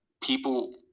people